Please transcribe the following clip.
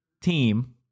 team